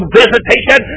visitation